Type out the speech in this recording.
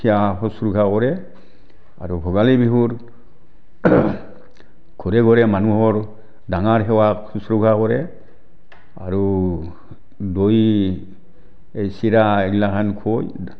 সেৱা শুশ্ৰূষা কৰে আৰু ভোগালী বিহুত ঘৰে ঘৰে মানুহৰ ডাঙৰক সেৱা শুশ্ৰূষা কৰে আৰু দৈ এই চিৰা এইগিলাখান খুৱায়